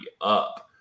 up